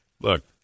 Look